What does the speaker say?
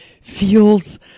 feels